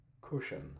cushion